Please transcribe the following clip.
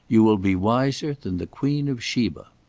you will be wiser than the queen of sheba.